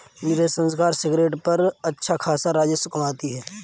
नीरज सरकार सिगरेट पर अच्छा खासा राजस्व कमाती है